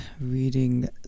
reading